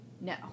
no